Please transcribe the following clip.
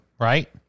right